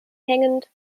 hängend